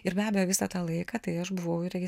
ir be abejo visą tą laiką tai aš buvau irgi